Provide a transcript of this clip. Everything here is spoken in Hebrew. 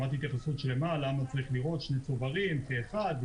שמעתי התייחסות שלמה למה צריך לראות שני צוברים כאחד,